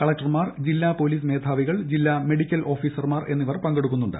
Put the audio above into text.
കളക്ടർമാർ ജില്ലാ പൊലീസ് മേധാവികൾ ജില്ലാ മെഡിക്കൽ ഓഫീസർമാർ എന്നിവർ പങ്കെടുക്കുന്നുണ്ട്